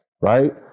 right